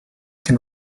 can